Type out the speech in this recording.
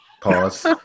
Pause